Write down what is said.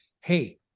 hey